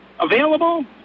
Available